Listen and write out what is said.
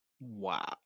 Wow